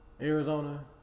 Arizona